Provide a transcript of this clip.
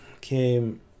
came